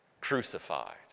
crucified